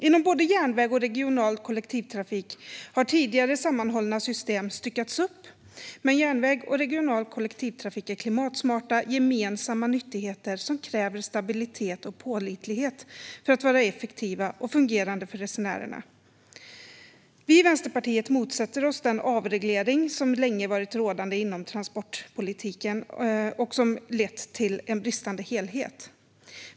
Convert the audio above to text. Inom både järnväg och regional kollektivtrafik har tidigare sammanhållna system styckats upp, men järnväg och regional kollektivtrafik är klimatsmarta, gemensamma nyttigheter som kräver stabilitet och pålitlighet för att vara effektiva och fungerande för resenärerna. Vi i Vänsterpartiet motsätter oss den avreglering som länge varit rådande inom transportpolitiken och som lett till en bristande helhet.